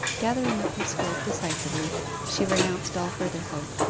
gathering up her skirt decisively she renounced all further hope,